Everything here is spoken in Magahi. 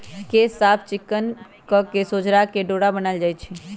केश साफ़ चिक्कन कके सोझरा के डोरा बनाएल जाइ छइ